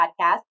podcast